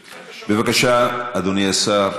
בבקשה, אדוני השר,